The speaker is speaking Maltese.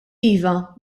iva